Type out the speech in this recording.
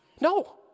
No